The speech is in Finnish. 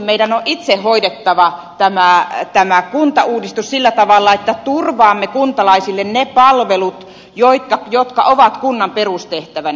meidän on itse hoidettava tämä kuntauudistus sillä tavalla että turvaamme kuntalaisille ne palvelut jotka ovat kunnan perustehtävänä